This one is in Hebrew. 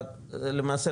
למעשה,